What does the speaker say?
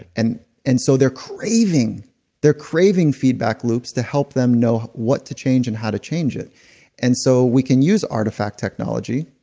and and so they're they're craving feedback loops to help them know what to change and how to change it and so we can use artifact technology.